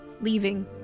leaving